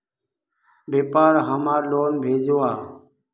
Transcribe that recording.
व्यापार हमार लोन भेजुआ?